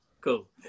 cool